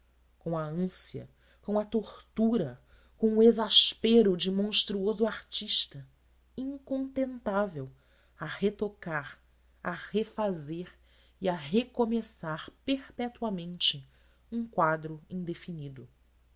com a ânsia com a tortura com o exaspero de monstruoso artista incontentável a retocar a refazer e a recomeçar perpetuamente um quadro indefinido